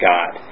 God